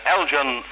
Elgin